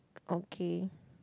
okay